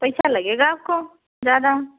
पैसा लगेगा आपको ज़्यादा